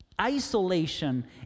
isolation